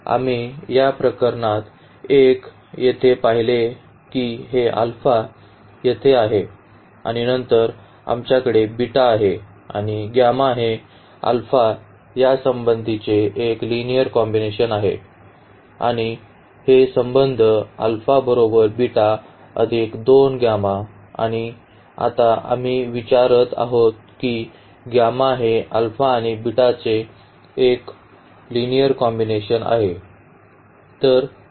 आम्ही या प्रकरणात 1 येथे पाहिले की हे येथे आहे आणि नंतर आमच्याकडे आहे आणि हे यासंबंधीचे एक लिनिअर कॉम्बिनेशन आहे आणि हे संबंध बरोबर अधिक 2 आणि आता आम्ही विचारत आहोत की हे आणि चे एक लिनिअर कॉम्बिनेशन आहे